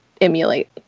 emulate